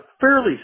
fairly